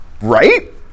Right